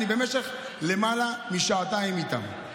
אני במשך למעלה משעתיים איתם,